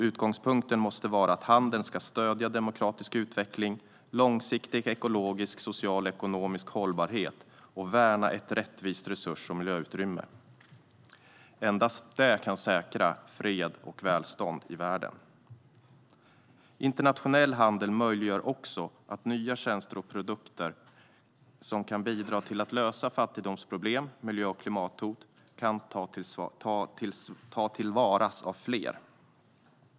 Utgångspunkten måste vara att handeln ska stödja demokratisk utveckling och långsiktig ekologisk, social och ekonomisk hållbarhet och värna ett rättvist resurs och miljöutrymme. Endast det kan säkra fred och välstånd i världen. Internationell handel möjliggör också att nya tjänster och produkter som kan bidra till att lösa fattigdomsproblem och miljö och klimathot kan tas till vara av fler.